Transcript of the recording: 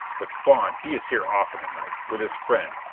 but spawn, he is here often at night, with his friend,